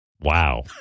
Wow